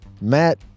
Matt